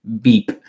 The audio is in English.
beep